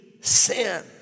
sin